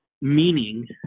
meaning